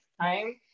time